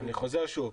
אני חוזר שוב.